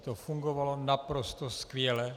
To fungovalo naprosto skvěle.